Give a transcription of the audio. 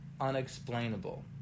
Unexplainable